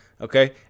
Okay